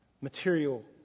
material